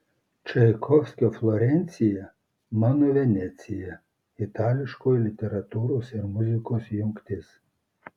čaikovskio florencija mano venecija itališkoji literatūros ir muzikos jungtis